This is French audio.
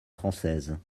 françaises